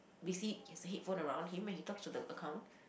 basically he has a headphone around him and he talks to the account